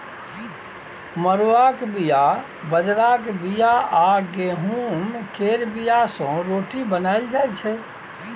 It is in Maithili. मरुआक बीया, बजराक बीया आ गहुँम केर बीया सँ रोटी बनाएल जाइ छै